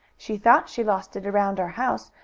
she thought she lost it around our house,